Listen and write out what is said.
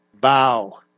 Bow